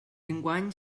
enguany